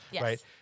right